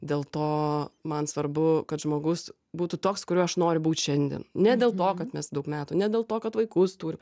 dėl to man svarbu kad žmogus būtų toks kuriuo aš noriu būt šiandien ne dėl to kad mes daug metų ne dėl to kad vaikus turim